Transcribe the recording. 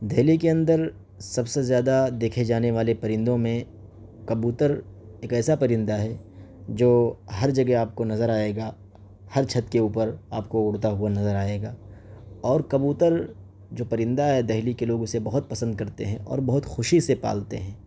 دہلی کے اندر سب سے زیادہ دیکھے جانے والے پرندوں میں کبوتر ایک ایسا پرندہ ہے جو ہر جگہ آپ کو نظر آئے گا ہر چھت کے اوپر آپ کو اڑتا ہوا نظر آئے گا اور کبوتر جو پرندہ ہے دہلی کے لوگ اسے بہت پسند کرتے ہیں اور بہت خوشی سے پالتے ہیں